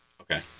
Okay